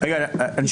ושיח רגוע.